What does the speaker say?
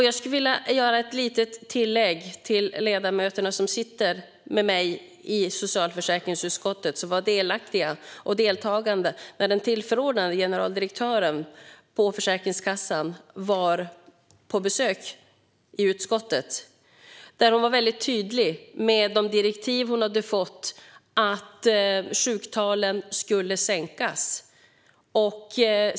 Jag skulle vilja påminna de ledamöter som deltog när Försäkringskassans tillförordnade generaldirektör var på besök i socialförsäkringsutskottet om att hon var väldigt tydlig angående de direktiv hon hade fått om att sjuktalen skulle sänkas.